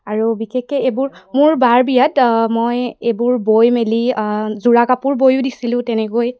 আৰু বিশেষকৈ এইবোৰ মোৰ বাৰ বিয়াত মই এইবোৰ বৈ মেলি যোৰা কাপোৰ বৈয়ো দিছিলোঁ তেনেকৈ